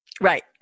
Right